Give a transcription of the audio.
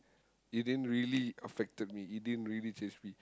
it didn't really affected me it didn't really change me